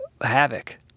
Havoc